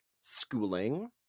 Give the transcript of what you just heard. schooling